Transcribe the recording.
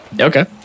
Okay